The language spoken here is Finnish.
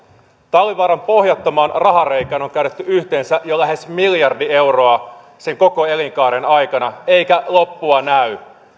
talvivaaran pohjattomaan rahareikään on kärrätty yhteensä jo lähes miljardi euroa sen koko elinkaaren aikana eikä loppua näy